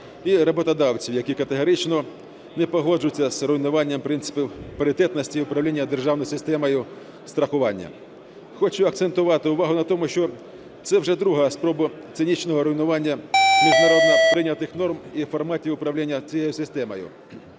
і роботодавців, які категорично не погоджуються з руйнуванням принципів паритетності і управління державною системою страхування. Хочу акцентувати увагу на тому, що це вже друга спроба цинічного руйнування міжнародно прийнятих норм у форматі управління цією системою.